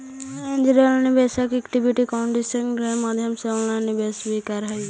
angel निवेशक equity crowdfunding के माध्यम से ऑनलाइन निवेश भी करऽ हइ